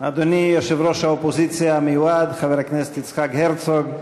אדוני יושב-ראש האופוזיציה המיועד חבר הכנסת יצחק הרצוג,